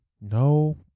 no